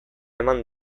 eman